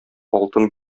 алтын